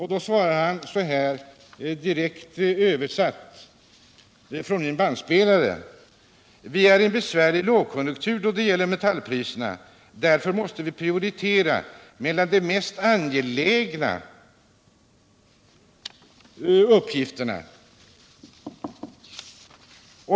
Han svarade så här, direkt återgivet från min bandspelare: Vi är i en besvärlig lågkonjunktur då det gäller metallpriserna. Därför måste vi prioritera mellan de mest angelägna uppgifterna.